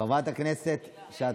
חברת הכנסת שטה,